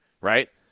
right